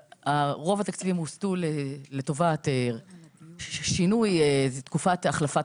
רוב התקציבים הוסטו לטובת שינוי תקופת החלפת